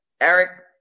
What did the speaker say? Eric